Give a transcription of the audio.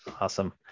Awesome